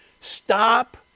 Stop